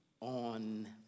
On